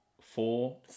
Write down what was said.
Four